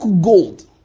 gold